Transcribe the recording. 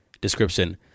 description